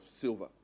silver